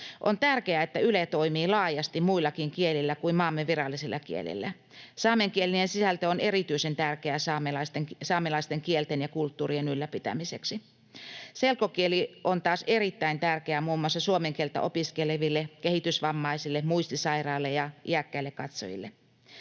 On tärkeää, että Yle toimii laajasti muillakin kielillä kuin maamme virallisilla kielillä. Saamenkielinen sisältö on erityisen tärkeää saamelaisten kielten ja kulttuurien ylläpitämiseksi. Selkokieli on taas erittäin tärkeä muun muassa suomen kieltä opiskeleville, kehitysvammaisille, muistisairaille ja iäkkäille katsojille.